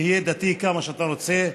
תהייה דתי כמה שאתה רוצה,